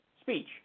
speech